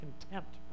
contempt